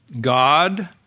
God